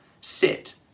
sit